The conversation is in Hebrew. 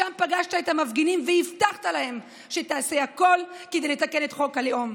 שם פגשת את המפגינים והבטחת להם שתעשה הכול כדי לתקן את חוק הלאום.